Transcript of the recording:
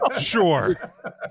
sure